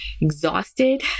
exhausted